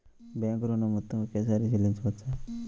Bank ఋణం మొత్తము ఒకేసారి చెల్లించవచ్చా?